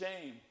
shame